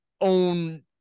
own